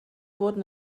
wurden